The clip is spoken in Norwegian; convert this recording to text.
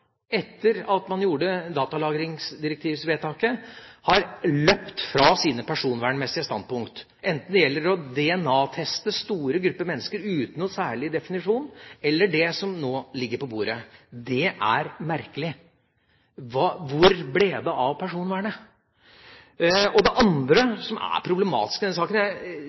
etter at man gjorde datalagringsdirektivvedtaket, har løpt fra sine personvernmessige standpunkter, enten det gjelder det å DNA-teste store grupper mennesker uten noen særlig definisjon, eller det som nå ligger på bordet. Det er merkelig. Hvor ble det av personvernet? Det andre som er problematisk i denne saken